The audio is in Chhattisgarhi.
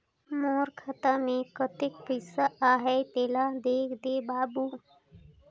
मोर खाता मे कतेक पइसा आहाय तेला देख दे बाबु?